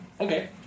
Okay